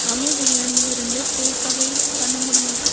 அமி பிரியாணியில் இருந்து take away பண்ண முடியுமா